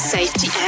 Safety